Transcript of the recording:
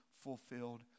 fulfilled